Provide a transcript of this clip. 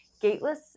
gateless